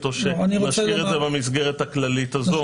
או שנשאיר את זה במסגרת הכללית הזאת.